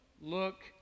look